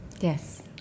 Yes